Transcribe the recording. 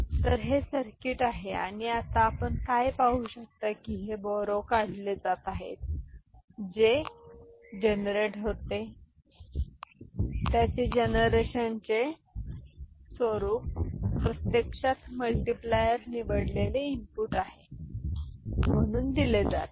तर हे सर्किट आहे आणि आता आपण काय पाहू शकता की हे बोरो काढले जात आहे जे उत्पन्न घेते त्याचे जनरेशन स्वरूप प्रत्यक्षात मल्टीप्लायर निवडलेले इनपुट म्हणून दिले जाते